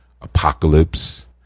apocalypse